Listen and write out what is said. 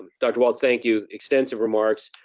dr. walts, thank you. extensive remarks,